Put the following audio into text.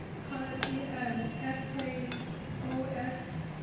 kind of um s k o s